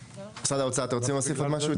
משרד האוצר, אתם רוצים להוסיף עוד משהו?